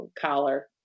collar